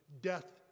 death